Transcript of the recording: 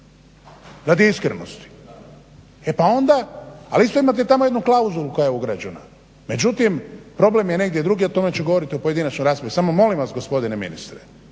razumije./… E pa onda, ali isto imate tamo jednu klauzulu koja je ugrađena. Međutim, problem je negdje drugdje, o tome ću govoriti u pojedinačnoj raspravi. Samo molim vas gospodine ministre